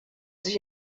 sich